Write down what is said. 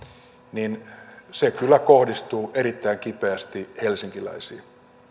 niin se kyllä kohdistuu erittäin kipeästi helsinkiläisiin